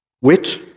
Wit